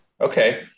Okay